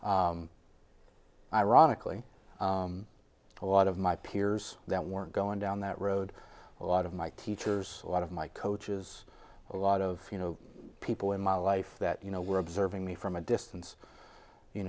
ironically a lot of my peers that weren't going down that road a lot of my teachers a lot of my coaches a lot of people in my life that you know were observing me from a distance you